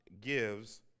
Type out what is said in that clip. gives